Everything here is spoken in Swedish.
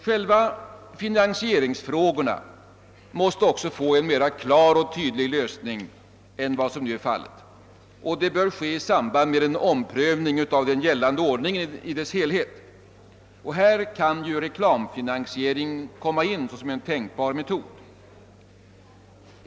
Själva finansieringsfrågorna måste också få en mera klar och tydlig lösning än vad som nu är fallet, och det bör ske i samband med en omprövning av den gällande ordningen i dess helhet. Här kan reklamfinansiering komma in såsom en tänkbar metod.